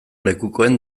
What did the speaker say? lekukoen